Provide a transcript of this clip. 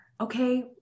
Okay